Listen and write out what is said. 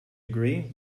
agree